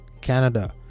Canada